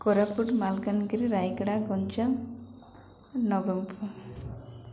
Koraput Malkangiri Rayagada Ganjam Nabarangpur